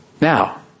Now